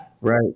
Right